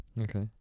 Okay